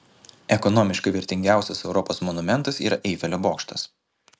ekonomiškai vertingiausias europos monumentas yra eifelio bokštas